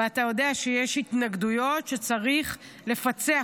ואתה יודע שיש התנגדויות שצריך לפצח.